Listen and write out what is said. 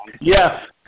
Yes